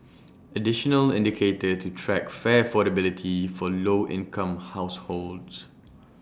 additional indicator to track fare affordability for low income households